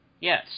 yes